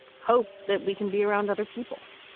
hope that we can be around other people